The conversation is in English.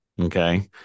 Okay